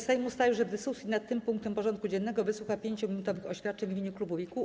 Sejm ustalił, że w dyskusji nad tym punktem porządku dziennego wysłucha 5-minutowych oświadczeń w imieniu klubów i kół.